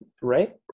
Right